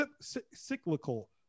cyclical